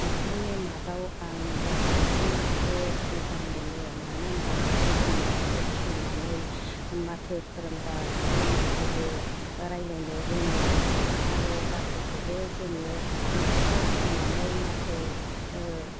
बिफोरनि मादाव आं दाउस्रिखो मोजां मोनो मानो होमबा बिखो जों न'खराव फिनानै माथो फोरोंब्ला बियो माथोबो रायज्लायनो रोङो आरो बाथ'खोबो जोङो न'खराव फिनानै माथो